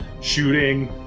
shooting